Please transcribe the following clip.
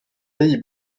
pays